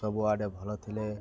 ସବୁଆଡ଼େ ଭଲ ଥିଲେ